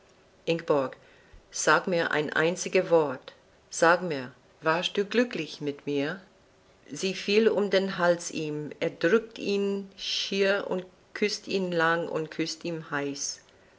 fort ingeborg sag mir ein einzig wort sage mir warst du glücklich mit mir sie fiel um den hals ihm erdrückt ihn schier und küßt ihn lang und küßt ihn heiß